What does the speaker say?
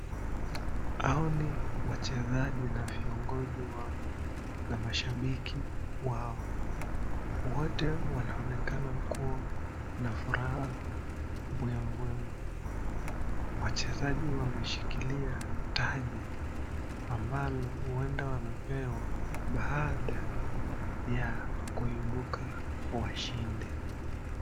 Hao ni wachezaji na viongozi wao na mashabiki wao, wote wanaonekana kuwa na furaha mbwembwembwe, wachezaji wameshikilia taji ambalo huenda wamepewa baada ya kuibuka washindi.